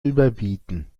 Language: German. überbieten